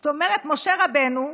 זאת אומרת, משה רבנו,